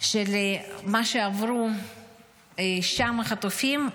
של מה שעברו שם החטופים,